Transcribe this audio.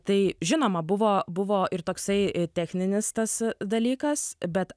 tai žinoma buvo buvo ir toksai techninis tas dalykas bet